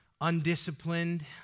undisciplined